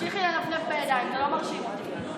אם לא היית מוכרת את עצמך בין מפלגות לא היית בכנסת,